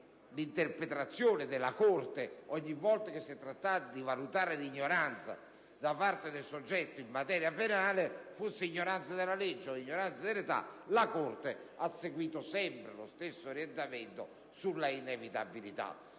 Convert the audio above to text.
interpretazione, ogni volta che si è trattato di valutare l'ignoranza da parte del soggetto in materia penale - fosse ignoranza della legge o dell'età - la Corte ha sempre seguito lo stesso orientamento sulla inevitabilità.